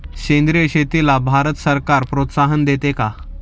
सेंद्रिय शेतीला भारत सरकार प्रोत्साहन देत आहे